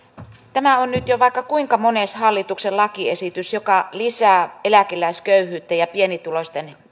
tämä on nyt jo vaikka kuinka mones hallituksen lakiesitys joka lisää eläkeläisköyhyyttä ja pienituloisten